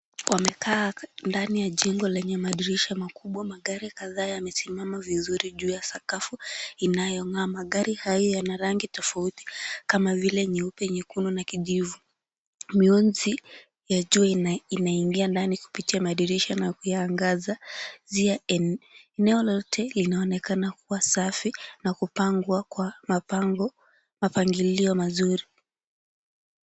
Wamekaa ndani ya jengo lenye madirisha makubwa, magari kadhaa yamesimama vizuri juu ya sakafu inayong'aa, magari haya yanarangi tofauti kama vile nyeupe, nyekundu na kijivu, miyonzi ya jua inaingia ndani kupitia madirisha na kuyaangaza, eneo lote linaonekana kuwa safi na kupangwa kwa mapango na mapangilio mazuri.